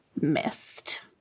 missed